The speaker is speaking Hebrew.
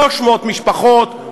300 משפחות,